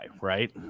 right